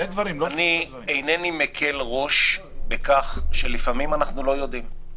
אני אינני מקל ראש בכך שלפעמים אנחנו לא יודעים.